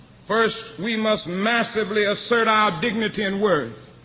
first, we must massively assert our dignity and worth.